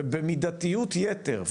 ובמידתיות יתר,